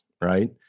right